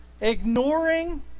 ignoring